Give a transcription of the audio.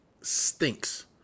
stinks